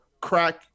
crack